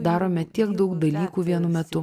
darome tiek daug dalykų vienu metu